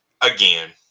again